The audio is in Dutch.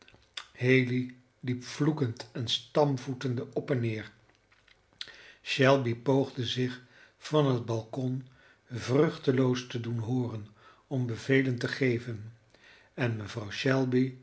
haley liep vloekend en stampvoetende op en neer shelby poogde zich van het balkon vruchteloos te doen hooren om bevelen te geven en mevrouw shelby